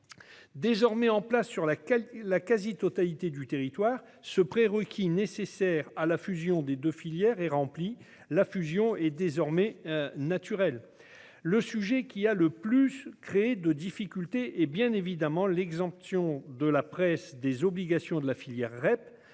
Désormais en place sur la quasi-totalité du territoire, ce prérequis nécessaire à la fusion des deux filières est rempli ; la fusion est désormais naturelle. Le sujet qui a le plus créé de difficultés est bien évidemment l'exemption de la presse des obligations de la filière REP